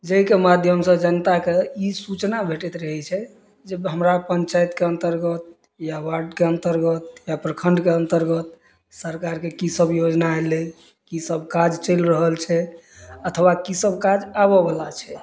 जाहिके माध्यमसँ जनताके ई सूचना भेटैत रहै छै जे हमरा पञ्चायतके अन्तर्गत या वार्डके अन्तर्गत या प्रखण्डके अन्तर्गत सरकारके की सभ योजना एलै की सभ काज चलि रहल छै अथवा की सभ काज आबऽ बला छै